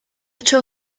tro